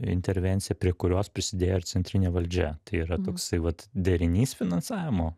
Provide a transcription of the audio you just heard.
intervencija prie kurios prisidėjo ir centrinė valdžia tai yra toksai vat derinys finansavimo